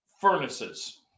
furnaces